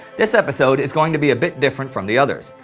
this episode is going to be a bit different from the others.